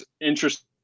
interesting